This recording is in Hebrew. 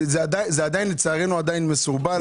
עדיין מסורבל.